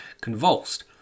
convulsed